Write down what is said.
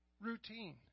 routine